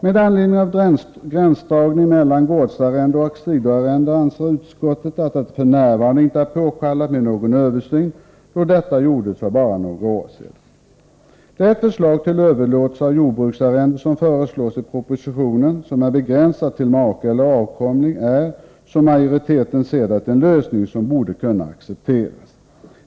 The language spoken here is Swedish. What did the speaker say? Med anledning av gränsdragningen mellan gårdsarrende och sidoarrende anser utskottet att det f. n. inte är påkallat med någon översyn, då en sådan gjordes för bara några år sedan. De möjligheter till överlåtelse av jordbruksarrende som föreslås i propositionen och som är begränsade till make eller avkomling är, som majoriteten ser det, en lösning som borde kunna accepteras.